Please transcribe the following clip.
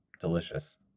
delicious